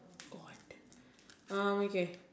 what um okay